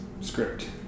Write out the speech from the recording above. script